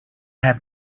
have